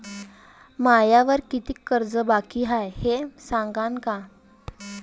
मायावर कितीक कर्ज बाकी हाय, हे मले सांगान का?